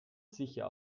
sicher